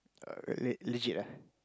err really legit ah